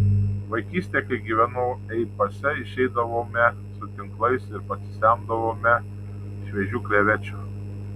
vaikystėje kai gyvenau ei pase išeidavome su tinklais ir pasisemdavome šviežių krevečių